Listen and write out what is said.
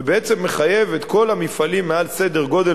ובעצם מחייב את כל המפעלים מעל סדר גודל